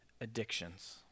addictions